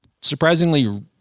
surprisingly